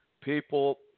people